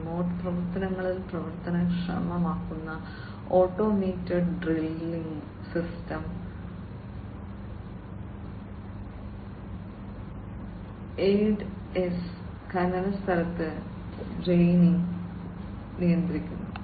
remote പ്രവർത്തനങ്ങളിൽ പ്രവർത്തനക്ഷമമാക്കുന്ന automated drilling system ADS ഖനന സ്ഥലത്ത് ഡ്രെയിനിംഗ് ഡ്രെയിലിംഗ് നിയന്ത്രിക്കുന്നു